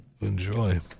enjoy